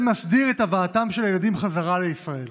מסדיר את הבאתם של הילדים חזרה לישראל,